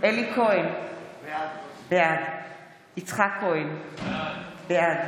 אלי כהן, בעד יצחק כהן, בעד